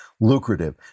lucrative